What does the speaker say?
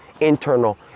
internal